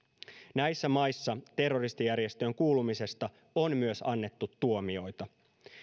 näissä maissa terroristijärjestöön kuulumisesta on myös annettu tuomioita